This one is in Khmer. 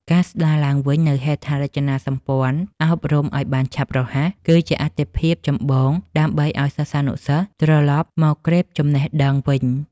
ការស្តារឡើងវិញនូវហេដ្ឋារចនាសម្ព័ន្ធអប់រំឱ្យបានឆាប់រហ័ស គឺជាអាទិភាពចម្បងដើម្បីឱ្យសិស្សានុសិស្សត្រឡប់មកក្រេបចំណេះដឹងវិញ។